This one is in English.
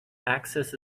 axis